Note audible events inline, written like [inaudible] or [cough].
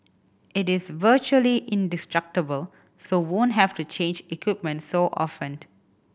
it is virtually indestructible so won't have to change equipment so often [unintelligible]